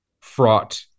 fraught